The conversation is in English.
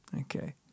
Okay